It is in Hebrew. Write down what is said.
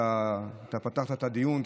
אתה פתחת את הדיון,